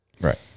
Right